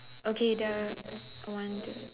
okay the one two